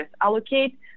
Allocate